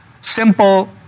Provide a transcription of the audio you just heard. simple